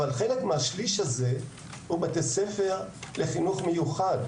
אבל חלק מהשליש הזה הוא בתי ספר לחינוך מיוחד,